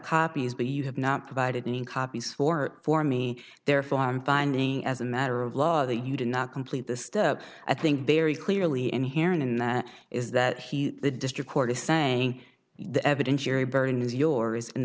copies but you have not provided any copies for for me their farm finding as a matter of law that you did not complete the step i think very clearly inherent in there is that he the district court is saying the evidence your burden is your is and